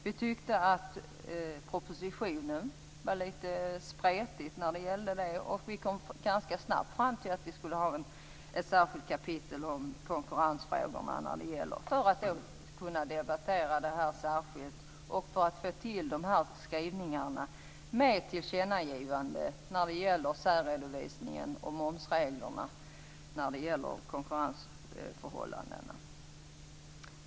Vi tyckte att propositionen var litet spretig när det gällde detta. Vi kom därför ganska snabbt fram till att vi skulle ha ett särskilt kapitel om konkurrensfrågorna för att kunna debattera detta särskilt och för att kunna få till skrivningar med tillkännagivanden när det gäller särredovisningen och momsreglerna i konkurrensförhållandena.